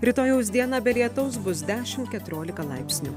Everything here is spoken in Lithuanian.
rytojaus dieną be lietaus bus dešimt keturiolika laipsnių